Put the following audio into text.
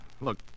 look